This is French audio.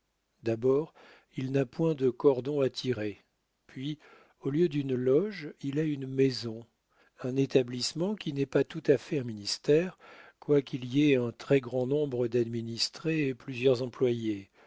d'abord il n'a point de cordon à tirer puis au lieu d'une loge il a une maison un établissement qui n'est pas tout à fait un ministère quoiqu'il y ait un très-grand nombre d'administrés et plusieurs employés